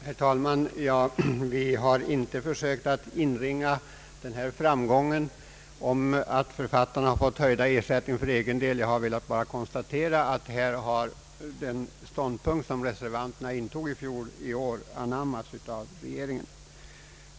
Herr talman! Vi har inte försökt ”inringa” den framgång som författarnas höjda ersättningar innebär. Jag har bara för egen del velat konstatera att den ståndpunkt reservanterna i fjol intog i år anammats av regeringen.